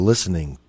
Listening